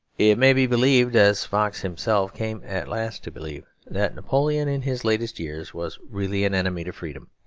it may be believed, as fox himself came at last to believe, that napoleon in his latest years was really an enemy to freedom,